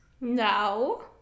No